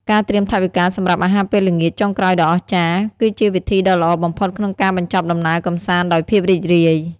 ការត្រៀមថវិកាសម្រាប់អាហារពេលល្ងាចចុងក្រោយដ៏អស្ចារ្យ គឺជាវិធីដ៏ល្អបំផុតក្នុងការបញ្ចប់ដំណើរកម្សាន្តដោយភាពរីករាយ។